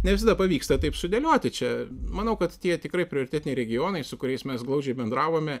ne visada pavyksta taip sudėlioti čia manau kad tie tikrai prioritetiniai regionai su kuriais mes glaudžiai bendravome